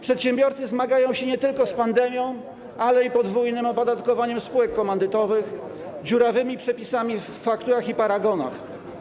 Przedsiębiorcy zmagają się nie tylko z pandemią, ale i podwójnym opodatkowaniem spółek komandytowych, dziurawymi przepisami dotyczącymi faktur i paragonów.